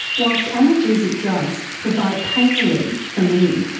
whilst analgesic drugs provide pain relief for many,